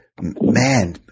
man